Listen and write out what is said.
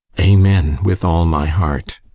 amen, with all my heart!